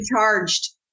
charged